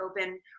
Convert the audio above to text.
open